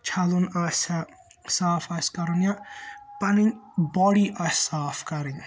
چھَلُن آسہِ ہا صاف آسہِ کَرُن یا پَنٕنۍ باڈی آسہِ صاف کَرٕنۍ